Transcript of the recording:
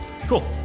Cool